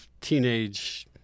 teenage